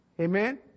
Amen